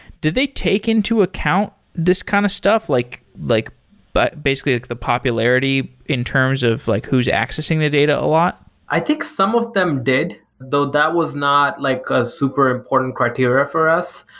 did they take into account this kind of stuff? like like but basically, like the popularity in terms of like who's accessing the data a lot i think some of them did, though that was not like a super important criteria for us.